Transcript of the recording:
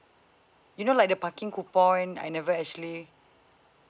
you know like the parking coupon I never actually